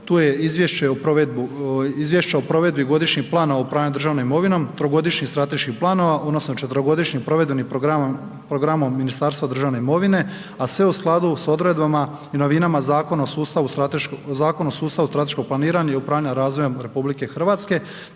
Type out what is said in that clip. Tu je Izvješće o provedbi godišnjeg plana o upravljanju državnom imovinom, trogodišnjih strateških planova, odnosno četverogodišnjim provedbenim programom Ministarstva državne imovine a sve u skladu sa odredbama i novinama Zakona o sustavu strateškog planiranja i upravljanja razvojem RH te